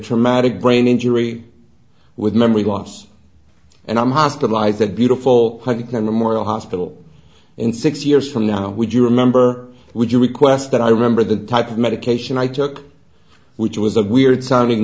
traumatic brain injury with memory loss and i'm hospitalized that beautiful the kind of moral hospital in six years from now would you remember would you request that i remember the type of medication i took which was a weird sounding